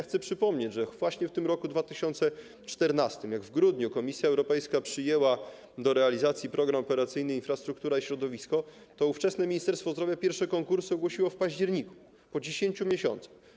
Chcę przypomnieć, że gdy w roku 2014, w grudniu, Komisja Europejska przyjęła do realizacji Program Operacyjny „Infrastruktura i środowisko”, to ówczesne Ministerstwo Zdrowia pierwsze konkursy ogłosiło w październiku, po 10 miesiącach.